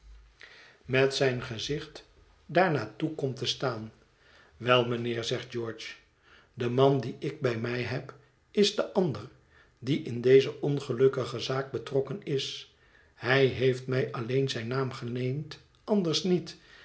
met zijn gezicht daar naar toe komt te staan wel mijnheer zegt george de man dien ik bij mij heb is de ander die in deze ongelukkige zaak betrokken is hij heeft mij alleen zijn naam geleend anders niet